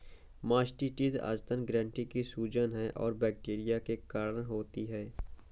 mastitis स्तन ग्रंथि की सूजन है और बैक्टीरिया के कारण होती है